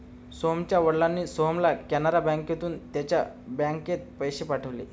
सोहनच्या वडिलांनी सोहनला कॅनरा बँकेतून त्याच बँकेत पैसे पाठवले